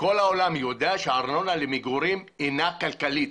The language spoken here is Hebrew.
וכל העולם יודע שהארנונה למגורים אינה כלכלית.